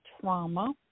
trauma